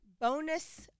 bonus